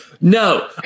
No